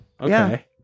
Okay